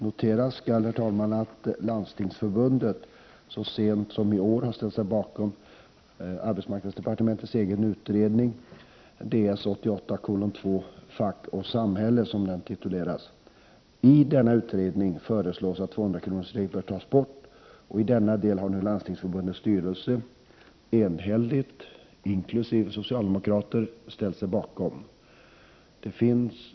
Noteras skall, herr talman, att Landstingsförbundet så sent som i år har ställt sig bakom arbetsmarknadsdepartementets egen utredning, Ds 1988:2, Fack och samhälle”. Där föreslås att 200-kronorsregeln bör tas bort, och denna del har nu Landstingsförbundets styrelse enhälligt, inkl. socialdemokraterna, ställt sig bakom.